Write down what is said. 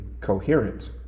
coherent